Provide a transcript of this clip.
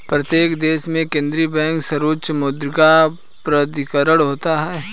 प्रत्येक देश में केंद्रीय बैंक सर्वोच्च मौद्रिक प्राधिकरण होता है